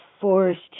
forced